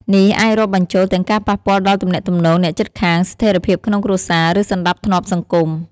នេះអាចរាប់បញ្ចូលទាំងការប៉ះពាល់ដល់ទំនាក់ទំនងអ្នកជិតខាង ស្ថិរភាពក្នុងគ្រួសារ ឬសណ្តាប់ធ្នាប់សង្គម។